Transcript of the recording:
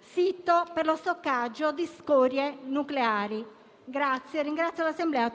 sito per lo stoccaggio di scorie nucleari. Ringrazio tutta l'Assemblea.